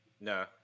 No